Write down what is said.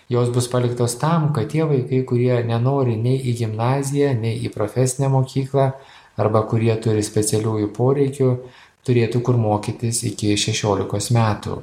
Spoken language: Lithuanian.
jos bus paliktos tam kad tie vaikai kurie nenori nei į gimnaziją nei į profesinę mokyklą arba kurie turi specialiųjų poreikių turėtų kur mokytis iki šešiolikos metų